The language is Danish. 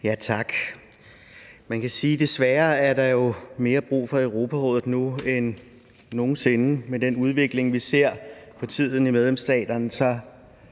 Tak, Man kan sige, at der desværre er mere brug for Europarådet nu end nogensinde. Med den udvikling, vi for tiden ser i medlemslandene, jamen